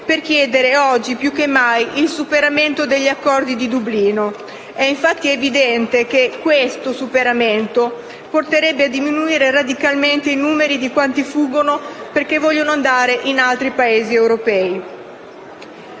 per chiedere, oggi più che mai, il superamento degli accordi di Dublino. È infatti evidente che questo superamento porterebbe a diminuire radicalmente i numeri di quanti fuggono per andare in altri Paesi europei.